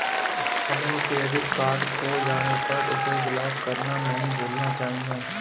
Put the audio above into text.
हमें credit card खो जाने पर उसे ब्लॉक करना नहीं भूलना चाहिए